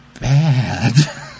bad